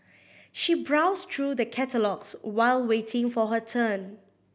she browsed through the catalogues while waiting for her turn